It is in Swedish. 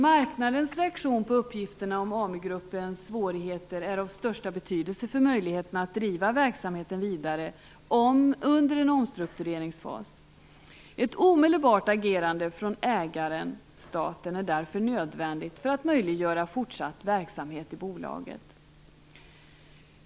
Marknadens reaktion på uppgifterna om Amugruppens svårigheter är av största betydelse för möjligheterna att driva verksamheten vidare under en omstruktureringsfas. Ett omedelbart agerande från ägaren - staten - är därför nödvändigt för att möjliggöra fortsatt verksamhet i bolaget.